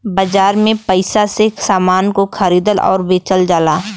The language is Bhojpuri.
बाजार में पइसा से समान को खरीदल आउर बेचल जाला